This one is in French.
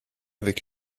avec